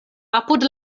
apud